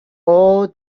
all